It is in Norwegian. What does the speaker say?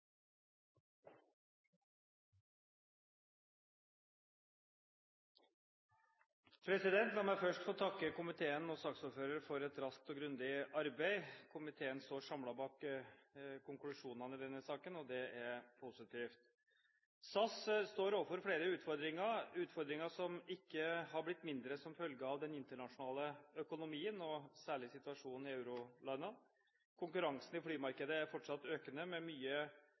for et raskt og grundig arbeid. Komiteen står samlet bak konklusjonene i denne saken. Det er positivt. SAS AB står overfor flere utfordringer, utfordringer som ikke har blitt mindre som følge av den internasjonale økonomien, og særlig situasjonen i eurolandene. Konkurransen i flymarkedet er fortsatt økende med mye